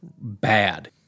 bad